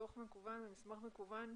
דוח מקוון על מסמך מקוון,